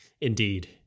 Indeed